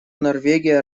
норвегия